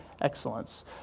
excellence